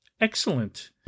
Excellent